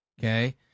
okay